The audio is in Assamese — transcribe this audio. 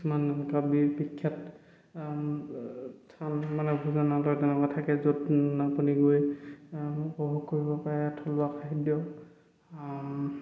কিছুমান এনেকুৱা বিখ্যাত স্থান মানে ভোজনালয় তেনেকুৱা থাকে য'ত আপুনি গৈ উপভোগ কৰিব পাৰে থলুৱা খাদ্য